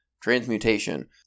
Transmutation